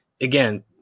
again